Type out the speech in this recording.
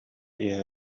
иһэ